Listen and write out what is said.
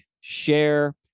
share